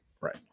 right